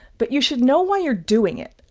but you should know why you're doing it.